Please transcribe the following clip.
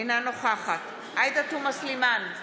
אינה נוכחת עאידה תומא סלימאן,